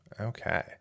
Okay